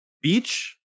beach